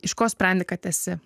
iš ko sprendi kad esi